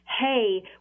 hey